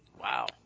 Wow